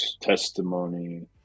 testimony